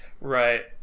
right